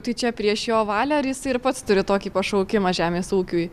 tai čia prieš jo valią ar jisai ir pats turi tokį pašaukimą žemės ūkiui